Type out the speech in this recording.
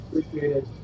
appreciated